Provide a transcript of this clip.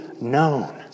known